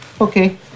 Okay